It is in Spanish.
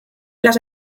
las